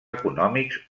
econòmics